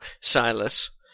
Silas